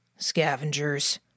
scavengers